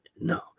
No